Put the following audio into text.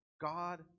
God